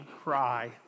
cry